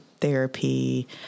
therapy